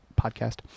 Podcast